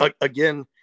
Again